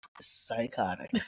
psychotic